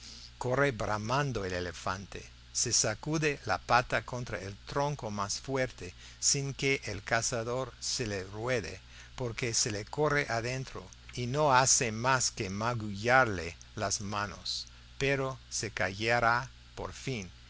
corre bramando el elefante se sacude la pata contra el tronco más fuerte sin que el cazador se le ruede porque se le corre adentro y no hace más que magullarle las manos pero se caerá por fin